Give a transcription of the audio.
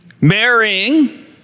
marrying